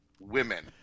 women